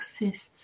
exists